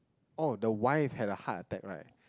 oh the wife had a hear attack right